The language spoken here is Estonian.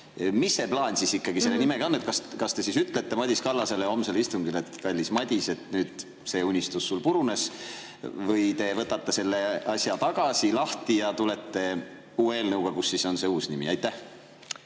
Mis plaan siis ikkagi selle nimega on? Kas te ütlete Madis Kallasele homsel istungil, et kallis Madis, see unistus sul purunes, või te võtate selle asja uuesti lahti ja tulete uue eelnõuga, kus on see uus nimi? Aitäh,